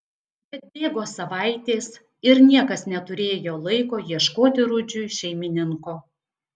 bet bėgo savaitės ir niekas neturėjo laiko ieškoti rudžiui šeimininko